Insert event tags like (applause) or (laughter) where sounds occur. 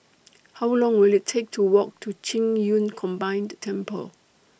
(noise) How Long Will IT Take to Walk to Qing Yun Combined Temple